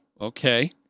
Okay